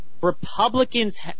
Republicans